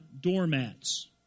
doormats